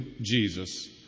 Jesus